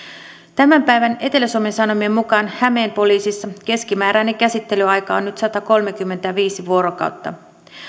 tämän päivän etelä suomen sanomien mukaan hämeen poliisissa keskimääräinen käsittelyaika on nyt satakolmekymmentäviisi vuorokautta